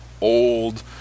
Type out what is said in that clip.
old